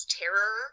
terror